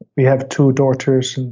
we have two daughters,